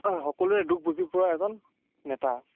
সকলোৱে দুখ বুজি পোৱা এজন নেতা